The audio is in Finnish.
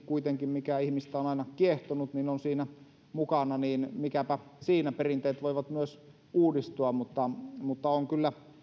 kuitenkin mikä ihmistä on aina kiehtonut on siinä mukana niin mikäpä siinä perinteet voivat myös uudistua mutta mutta on kyllä